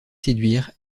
séduire